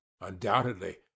Undoubtedly